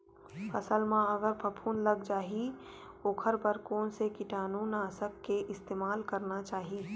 फसल म अगर फफूंद लग जा ही ओखर बर कोन से कीटानु नाशक के इस्तेमाल करना चाहि?